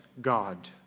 God